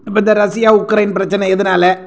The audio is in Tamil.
இப்போ இந்த ரஷ்யா உக்ரைன் பிரச்சனை எதனால